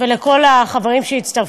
ולכל החברים שהצטרפו.